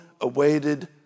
awaited